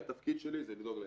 התפקיד שלי זה לדאוג לילד,